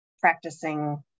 practicing